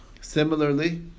Similarly